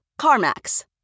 CarMax